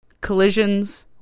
collisions